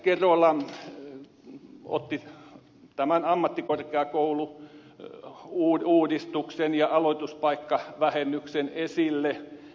edustaja kerola otti tämän ammattikorkeakoulu uudistuksen ja aloituspaikkavähennyksen esille